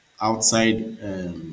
outside